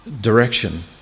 direction